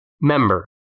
member